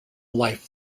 life